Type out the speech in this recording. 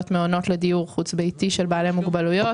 מעונות לדיור חוץ-ביתי של בעלי מוגבלויות,